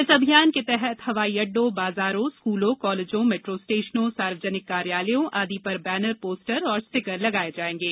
इस अभियान के तहत हवाई अड्डों बाजारों स्कूलों कालेजों मेट्रो स्टेशनों सार्वजनिक कार्यालयों आदि पर बैनर पोस्टर और स्टीकर लगाये जायेंगे